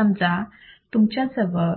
समजा तुमच्याजवळ